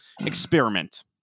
experiment